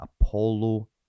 Apollo